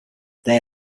they